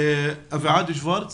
אביעד שוורץ